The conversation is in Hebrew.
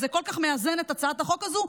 וזה כל כך מאזן את הצעת החוק הזו,